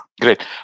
Great